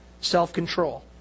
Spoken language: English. self-control